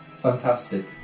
Fantastic